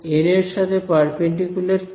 এবং এন এর সাথে পারপেন্ডিকুলার কি